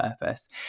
purpose